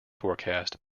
forecast